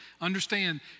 Understand